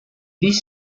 this